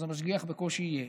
אז המשגיח בקושי יהיה